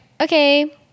okay